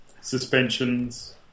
Suspensions